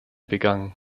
begangen